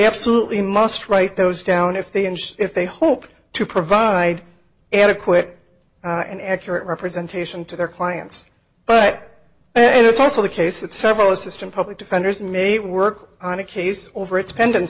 absolutely must write those down if they and if they hope to provide adequate and accurate representation to their clients but it's also the case that several assistant public defenders may work on a case over its pend